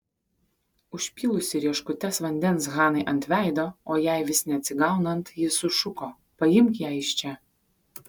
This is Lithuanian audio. užpylusi rieškutes vandens hanai ant veido o jai vis neatsigaunant ji sušuko paimk ją iš čia